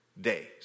days